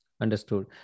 Understood